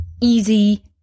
easy